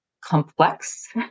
complex